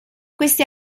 questi